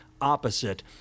opposite